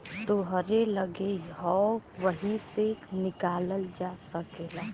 तोहरे लग्गे हौ वही से निकालल जा सकेला